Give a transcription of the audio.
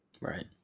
Right